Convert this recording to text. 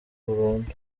burundu